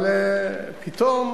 אבל פתאום